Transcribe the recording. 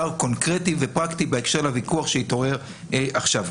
קונקרטי ופרקטי בהקשר לוויכוח שהתעורר עכשיו.